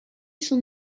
son